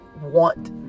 want